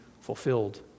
fulfilled